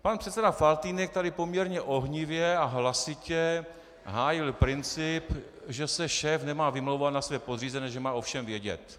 Pan předseda Faltýnek tady poměrně ohnivě a hlasitě hájil princip, že se šéf nemá vymlouvat na své podřízené, že má o všem vědět.